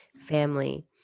family